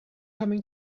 coming